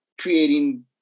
creating